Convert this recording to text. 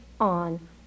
on